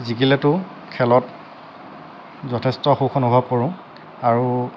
জিকিলেতো খেলত যথেষ্ট সুখ অনুভৱ কৰোঁ আৰু